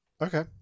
okay